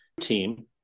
team